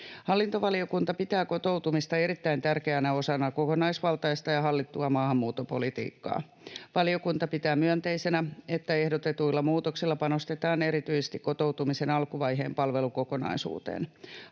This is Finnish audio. Hallintovaliokunta pitää kotoutumista erittäin tärkeänä osana kokonaisvaltaista ja hallittua maahanmuuttopolitiikkaa. Valiokunta pitää myönteisenä, että ehdotetuilla muutoksilla panostetaan erityisesti kotoutumisen alkuvaiheen palvelukokonaisuuteen.